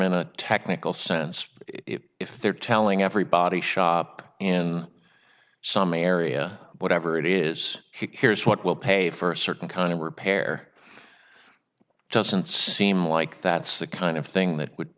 a technical sense if if they're telling everybody shop in some area whatever it is here's what will pay for a certain kind of repair doesn't seem like that's the kind of thing that would